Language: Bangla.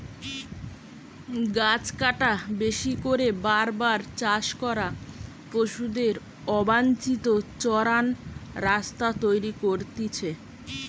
গাছ কাটা, বেশি করে বার বার চাষ করা, পশুদের অবাঞ্চিত চরান রাস্তা তৈরী করতিছে